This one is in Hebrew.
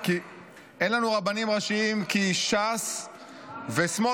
אין לנו רבנים ראשיים כי ש"ס וסמוטריץ'